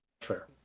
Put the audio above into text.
Fair